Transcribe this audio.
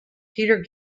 peter